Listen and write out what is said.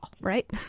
right